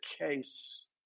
case